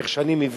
איך שאני מבין,